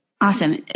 Awesome